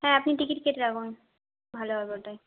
হ্যাঁ আপনি টিকিট কেটে রাখুন ভালো হবে ওটাই